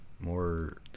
more